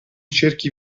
cerchi